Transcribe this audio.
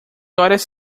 horas